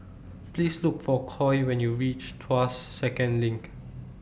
Please Look For Coy when YOU REACH Tuas Second LINK